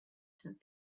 since